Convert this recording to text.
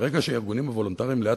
רק שעה